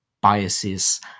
biases